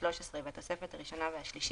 ו-13 והתוספת הראשונה והשלישית,